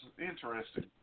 interesting